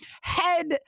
head